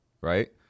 right